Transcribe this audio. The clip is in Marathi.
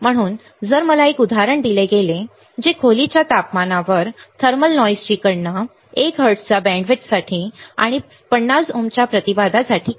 म्हणून जर मला एक उदाहरण दिले गेले जे खोलीच्या तपमानावर थर्मल नॉईस ची गणना 1 हर्ट्झच्या बँडविड्थसाठी आणि 50 ओमच्या प्रतिबाधासाठी करते